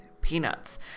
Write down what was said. peanuts